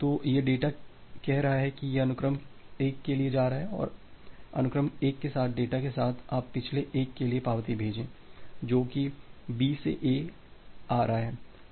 तो यह डेटा कह रहा है कि यह अनुक्रम एक के लिए जा रहा है और अनुक्रम एक के साथ डेटा के साथ आप पिछले एक के लिए पावती भेजें जो कि B से A आ रहा है